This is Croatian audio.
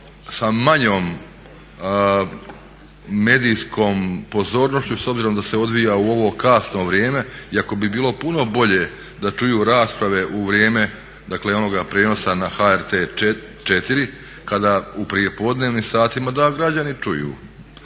sa manjom medijskom pozornošću s obzirom da se odvija u ovo kasno vrijeme iako bi bilo puno bolje da čuju rasprave u vrijeme dakle onoga prijenosa na HRT 4 u prijepodnevnim satima da građani čuju.